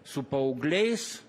su paaugliais